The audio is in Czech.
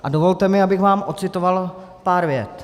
A dovolte mi, abych vám odcitoval pár vět: